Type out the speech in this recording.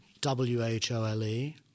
W-H-O-L-E